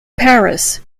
paris